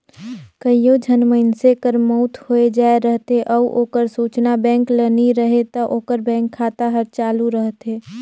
कइयो झन मइनसे कर मउत होए जाए रहथे अउ ओकर सूचना बेंक ल नी रहें ता ओकर बेंक खाता हर चालू रहथे